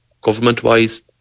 government-wise